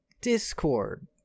discord